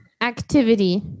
activity